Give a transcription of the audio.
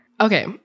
Okay